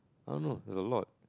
I don't know there's a lot